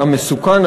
המסוכן,